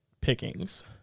pickings